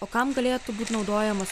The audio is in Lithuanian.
o kam galėtų būt naudojamas